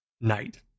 night